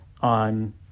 on